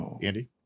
Andy